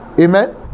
Amen